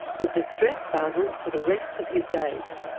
would distress fazel for the rest of his days.